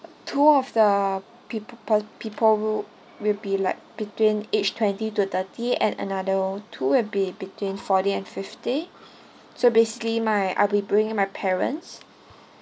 two of the people people will will be like between age twenty to thirty and another two will be between forty and fifty so basically my I'd be bringing my parents